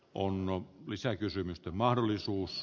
onnen lisäkysymysten mahdollisuus